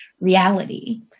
reality